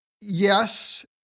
Yes